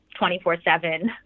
24-7